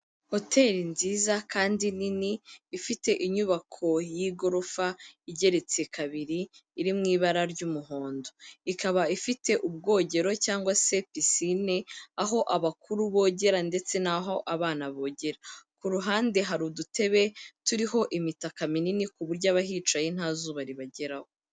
Hoteli nziza kandi nini, ifite inyubako y'igorofa igeretse kabiri, iri mu ibara ry'umuhondo. Ikaba ifite ubwogero cyangwa se pisine, aho abakuru bogera ndetse n'aho abana bogera. Ku ruhande hari udutebe, turiho imitaka minini ku buryo abahicaye nta zuba ribageraho.